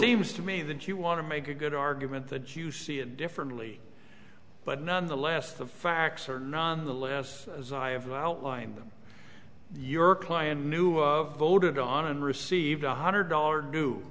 leaves to me that you want to make a good argument that you see it differently but nonetheless the facts are nonetheless as i have outlined them your client knew voted on and received a hundred dollar do